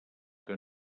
que